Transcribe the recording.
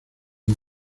dió